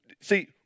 see